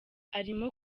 arimo